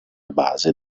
base